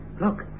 Look